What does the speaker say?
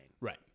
Right